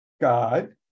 God